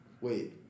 Wait